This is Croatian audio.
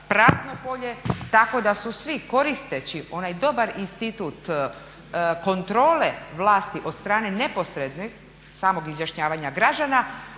tako da su svi koristeći onaj dobar institut kontrole vlasti od strane neposrednih, samog izjašnjavanja građana